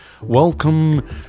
Welcome